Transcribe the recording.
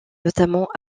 notamment